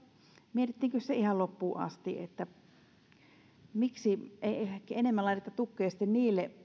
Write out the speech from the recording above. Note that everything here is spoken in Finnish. mietittiinkö sitä ihan loppu asti miksi ei ehkä enemmän laiteta tukea sitten niille